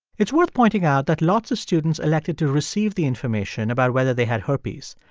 it's worth pointing out that lots of students elected to receive the information about whether they had herpes.